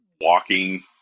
walking